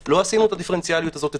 לא עשינו את הדיפרנציאליות הזאת אצלנו.